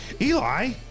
eli